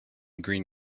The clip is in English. green